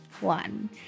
one